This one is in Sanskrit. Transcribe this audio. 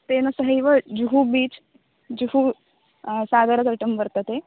तेन सहैव जुहू बीच् जुहू सागरतटं वर्तते